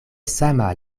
sama